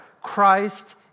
Christ